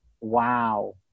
Wow